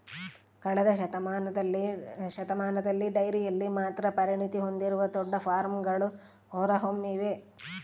ಕಳೆದ ಶತಮಾನದಲ್ಲಿ ಡೈರಿಯಲ್ಲಿ ಮಾತ್ರ ಪರಿಣತಿ ಹೊಂದಿರುವ ದೊಡ್ಡ ಫಾರ್ಮ್ಗಳು ಹೊರಹೊಮ್ಮಿವೆ